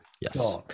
Yes